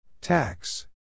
Tax